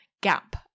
gap